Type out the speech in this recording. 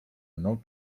mną